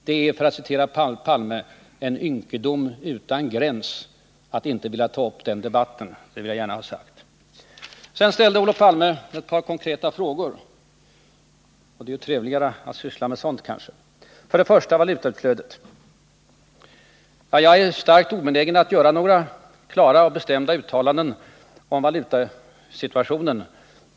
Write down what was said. Det är, för att citera Palme, ”en ynkedom utan gräns” att inte vilja ta upp den debatten; det vill jag gärna ha sagt. Sedan ställde Olof Palme ett par konkreta frågor — och det är ju trevligare att syssla med sådant. Den första gällde valutautflödet. Jag är starkt obenägen att göra några klara och bestämda uttalanden om valutasituationen.